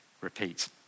repeat